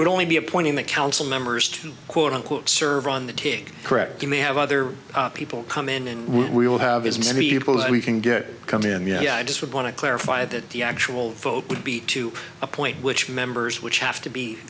would only be appointing the council members to quote unquote serve on the take correct in may have other people come in and we will have as many people as we can get coming in yeah i just want to clarify that the actual vote would be to appoint which members which have to be